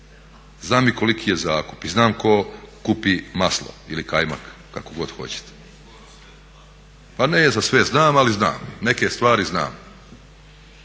Znam i koliki je zakup i znam tko kupi maslo ili kajmak, kako god hoćete. … /Upadica se ne razumije./… Pa ne znam